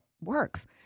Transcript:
works